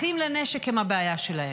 אחים לנשק הם הבעיה שלהם.